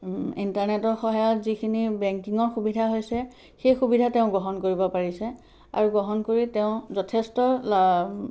ইণ্টাৰনেটৰ সহায়ত যিখিনি বেংকিঙৰ সুবিধা হৈছে সেই সুবিধা তেওঁ গ্ৰহণ কৰিব পাৰিছে আৰু গ্ৰহণ কৰি তেওঁ যথেষ্ট